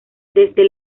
desde